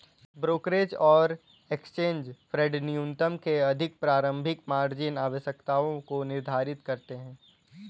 brokerage और exchange फेडन्यूनतम से अधिक प्रारंभिक मार्जिन आवश्यकताओं को निर्धारित करते हैं